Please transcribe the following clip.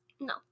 No